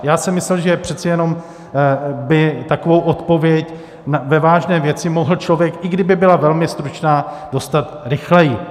Já jsem myslel, že přeci jenom by takovou odpověď ve vážné věci mohl člověk, i kdyby byla velmi stručná, dostat rychleji.